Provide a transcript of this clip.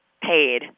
paid